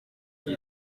uyu